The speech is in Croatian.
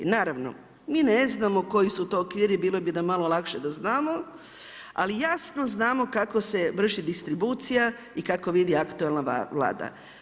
Naravno mi ne znamo koji su to okviri, bilo bi nam malo lakše da znamo ali jasno znamo kako se vrši distribucija i kako vidi aktualna Vlada.